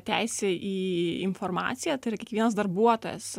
teisė į informaciją tai yra kiekvienas darbuotojas